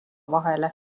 vahele